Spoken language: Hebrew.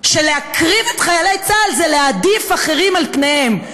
שלהקריב את חיילי צה"ל זה להעדיף אחרים עליהם.